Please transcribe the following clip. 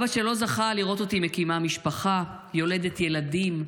אבא לא זכה לראות אותי מקימה משפחה, יולדת ילדים,